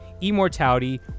immortality